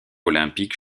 olympique